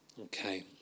Okay